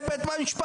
זה בית המשפט,